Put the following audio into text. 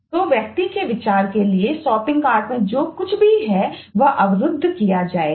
अब एक्टर में जो भी कुछ है वह अवरुद्ध किया जाएगा